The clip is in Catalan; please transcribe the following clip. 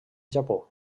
japó